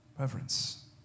reverence